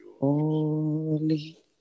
Holy